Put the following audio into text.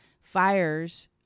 fires